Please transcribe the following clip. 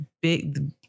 big